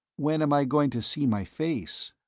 when am i going to see my face?